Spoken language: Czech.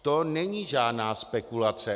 To není žádná spekulace.